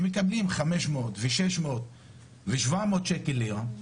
הם מקבלים 500 ו-600 ו-700 שקל ליום,